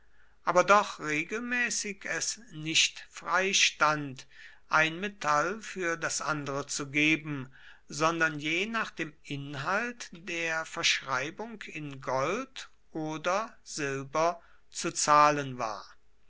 aber doch regelmäßig es nicht freistand ein metall für das andere zu geben sondern je nach dem inhalt der verschreibung in gold oder silber zu zahlen war